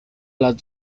las